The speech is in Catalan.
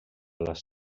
les